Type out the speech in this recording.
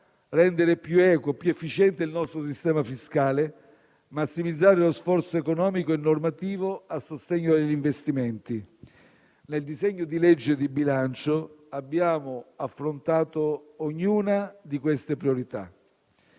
rendere più equo ed efficiente il nostro sistema fiscale, massimizzare lo sforzo economico e normativo a sostegno degli investimenti. Nel disegno di legge di bilancio abbiamo affrontato ognuna di queste priorità.